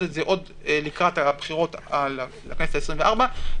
את זה לקראת הבחירות לכנסת העשרים וארבע.